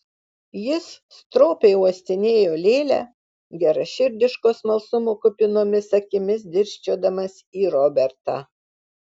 jis stropiai uostinėjo lėlę geraširdiško smalsumo kupinomis akimis dirsčiodamas į robertą